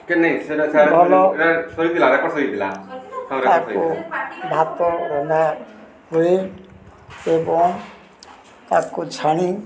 ଭଲ ତାକୁ ଭାତ ରନ୍ଧା ହୁଏ ଏବଂ ତାକୁ ଛାଣି